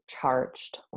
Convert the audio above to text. charged